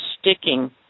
sticking